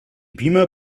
beamer